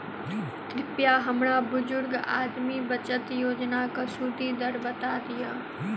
कृपया हमरा बुजुर्ग आदमी बचत योजनाक सुदि दर बता दियऽ